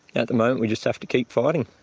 at the moment we just have to keep fighting.